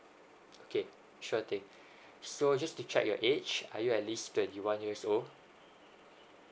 okay sure thing so just to check your age are you at least twenty one years old